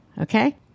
Okay